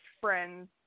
friends